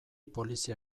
polizia